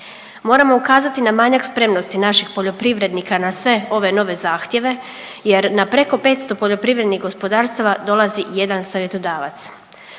Moramo ukazati na manjak spremnosti naših poljoprivrednika na sve ove nove zahtjeve jer na preko 500 poljoprivrednih gospodarstava dolazi jedan savjetodavac.